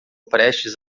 prestes